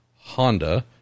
honda